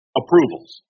approvals